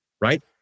Right